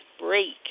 break